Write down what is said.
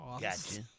Gotcha